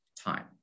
time